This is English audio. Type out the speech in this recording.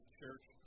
church